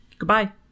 goodbye